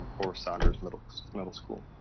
or saunders middle middle school,